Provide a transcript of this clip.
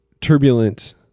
turbulent